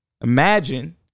Imagine